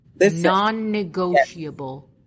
Non-negotiable